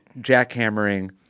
jackhammering